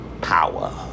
power